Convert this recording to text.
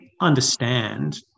understand